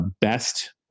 best